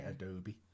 Adobe